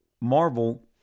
Marvel